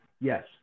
Yes